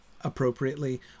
appropriately